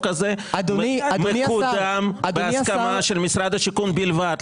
הזה מקודם בהסכמה של משרד השיכון בלבד,